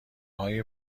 های